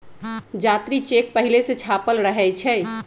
जात्री चेक पहिले से छापल रहै छइ